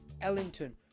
Ellington